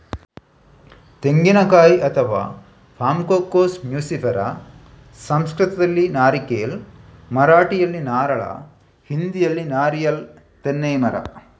ತೆಂಗಿನಕಾಯಿ ಅಥವಾ ಪಾಮ್ಕೋಕೋಸ್ ನ್ಯೂಸಿಫೆರಾ ಸಂಸ್ಕೃತದಲ್ಲಿ ನಾರಿಕೇಲ್, ಮರಾಠಿಯಲ್ಲಿ ನಾರಳ, ಹಿಂದಿಯಲ್ಲಿ ನಾರಿಯಲ್ ತೆನ್ನೈ ಮರ